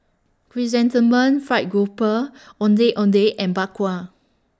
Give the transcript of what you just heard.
Chrysanthemum Fried Grouper Ondeh Ondeh and Bak Kwa